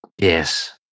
Yes